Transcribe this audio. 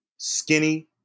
Skinny